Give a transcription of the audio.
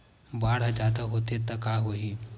बाढ़ ह जादा होथे त का होही?